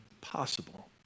possible